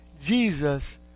Jesus